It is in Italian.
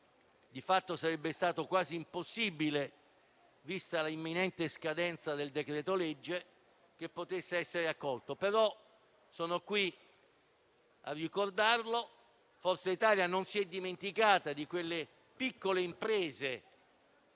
di fatto sarebbe stato quasi impossibile, vista l'imminente scadenza del decreto-legge, che potesse essere accolto. Io sono qui, però, a ricordarlo. Forza Italia non si è dimenticata di quelle piccole imprese,